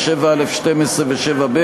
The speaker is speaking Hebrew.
7(א)(12)